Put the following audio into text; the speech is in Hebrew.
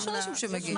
יש אנשים שמגיעים.